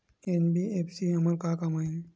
NBFC हमर का काम आही?